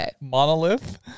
Monolith